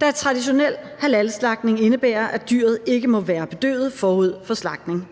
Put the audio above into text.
da traditionel halalslagtning indebærer, at dyret ikke må være bedøvet forud for slagtning.